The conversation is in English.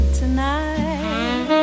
tonight